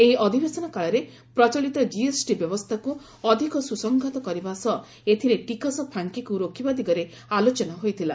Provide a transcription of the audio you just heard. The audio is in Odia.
ଏହି ଅଧିବେଶନ କାଳରେ ପ୍ରଚଳିତ ଜିଏସଟି ବ୍ୟବସ୍ଥାକୁ ଅଧିକ ସୁସଂହତ କରିବା ସହ ଏଥିରେ ଟିକସ ଫାଙ୍କିକୁ ରୋକିବା ଦିଗରେ ଆଲୋଚନା ହୋଇଥିଲା